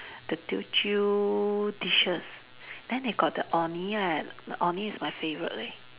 the Teochew dishes then they got the orh nee eh the orh nee is my favourite leh